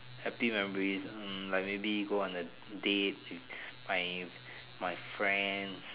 happy memories like maybe go on a date my my friends